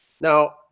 Now